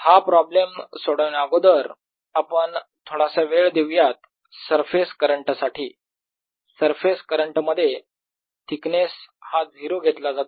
हा प्रॉब्लेम सोडवण्या अगोदर आपण थोडासा वेळ देऊयात सरफेस करंट साठी सरफेस करंट मध्ये थिकनेस हा 0 घेतला जातो